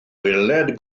weled